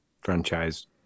franchise